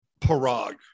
Parag